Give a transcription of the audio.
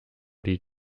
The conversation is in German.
die